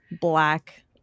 Black